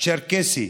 הצ'רקסי,